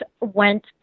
went